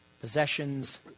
possessions